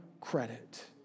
credit